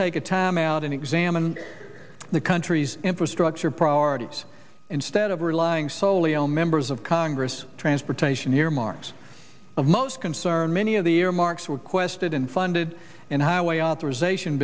take a time out and examine the country's infrastructure priorities instead of relying solely on members of congress transportation remarks of most concern many of the earmarks requested and funded in highway authorization